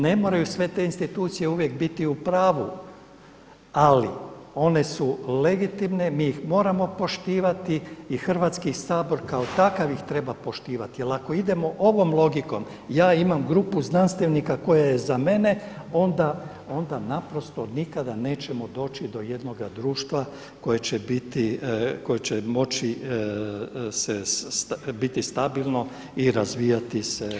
Ne moraju sve te institucije uvijek biti u pravu ali one su legitimne, mi ih moramo poštivati i Hrvatski sabor kao takav ih treba poštivati jer ako idemo ovom logikom ja imam grupu znanstvenika koja je za mene onda naprosto nikada nećemo doći do jednoga društva koje će moći biti stabilno i razvijati se sustavno.